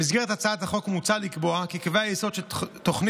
במסגרת הצעת החוק מוצע לקבוע כי קווי היסוד של תוכנית